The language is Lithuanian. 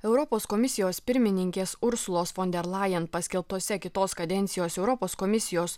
europos komisijos pirmininkės ursulos fon der lajen paskelbtose kitos kadencijos europos komisijos